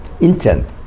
Intent